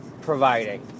providing